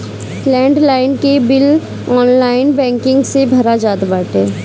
land line के bill online banking से भरा जात बाटे